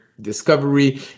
discovery